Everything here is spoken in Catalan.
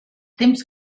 temps